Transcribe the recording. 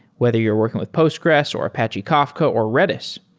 whether you're working with postgres, or apache kafka, or redis,